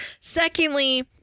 Secondly